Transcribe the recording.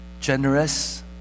generous